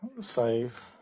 save